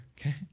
okay